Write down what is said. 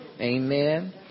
Amen